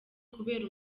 kubera